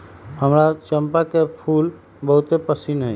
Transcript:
हमरा चंपा के फूल बहुते पसिन्न हइ